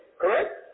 Correct